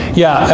yeah,